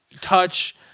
touch